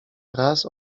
raz